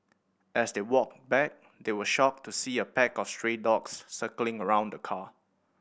as they walked back they were shocked to see a pack of stray dogs circling around the car